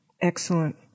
Excellent